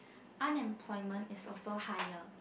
unemployment is also higher